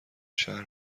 شهر